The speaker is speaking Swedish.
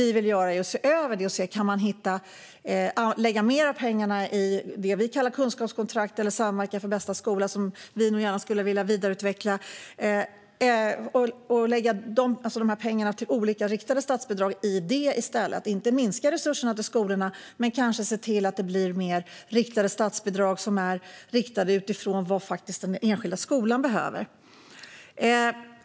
Vi vill se över bidragen och se om det går att lägga mer pengar i det vi kallar kunskapskontrakt eller Samverkan för bästa skola, som vi gärna vill vidareutveckla; alltså lägga pengarna till olika riktade statsbidrag i dem. Vi vill inte minska resurserna till skolorna men kanske se till att det blir fler riktade statsbidrag utifrån vad den enskilda skolan behöver.